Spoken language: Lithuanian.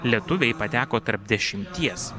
lietuviai pateko tarp dešimties